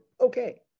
okay